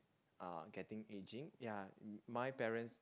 are getting aging ya mm my parents